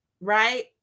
right